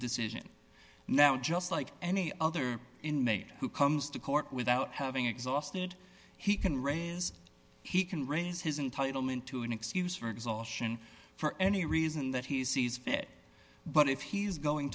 decision now just like any other inmate who comes to court without having exhausted he can raise he can raise his entitle into an excuse for exhaustion for any reason that he sees fit but if he's going